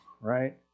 right